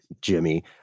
Jimmy